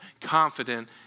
confident